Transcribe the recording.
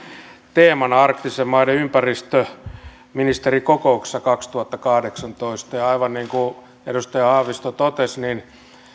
teemana arktisten maiden ympäristöministerikokouksessa kaksituhattakahdeksantoista ja ja aivan niin kuin edustaja haavisto totesi